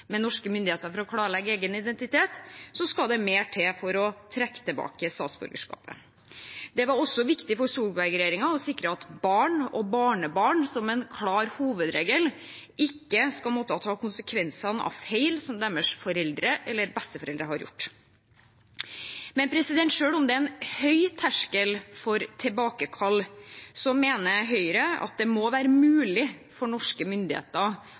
med norske myndigheter for å klarlegge egen identitet – da skal det også mer til for å trekke tilbake statsborgerskapet. Det var også viktig for Solberg-regjeringen å sikre at barn og barnebarn som en klar hovedregel ikke skal måtte ta konsekvensene av feil som deres foreldre eller besteforeldre har gjort. Men selv om det er en høy terskel for tilbakekall, mener Høyre at det må være mulig for norske myndigheter